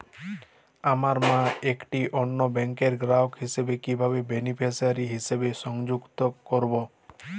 আমার মা একটি অন্য ব্যাংকের গ্রাহক হিসেবে কীভাবে বেনিফিসিয়ারি হিসেবে সংযুক্ত করব?